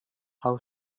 how